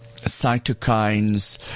Cytokines